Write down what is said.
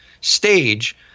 stage